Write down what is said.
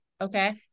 okay